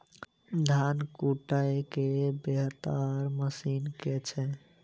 धान कुटय केँ बेहतर मशीन केँ छै?